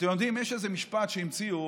אתם יודעים, יש איזה משפט שהמציאו,